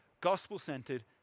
gospel-centered